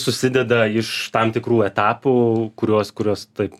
susideda iš tam tikrų etapų kuriuos kurios taip